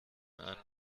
mir